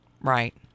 Right